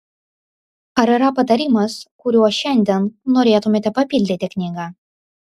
ar yra patarimas kuriuo šiandien norėtumėte papildyti knygą